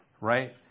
right